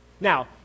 Now